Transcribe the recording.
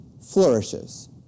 flourishes